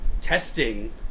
testing